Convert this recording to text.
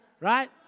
Right